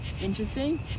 interesting